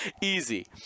easy